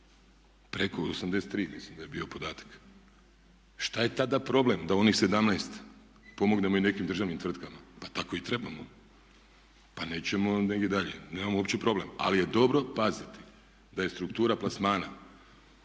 preko 83 mislim da je bio podatak. Šta je tada problem da onih 17 pomognemo i nekim državnim tvrtkama? Pa tako i trebamo, pa nećemo negdje dalje, nemamo uopće problem. Ali je dobro paziti da je struktura plasmana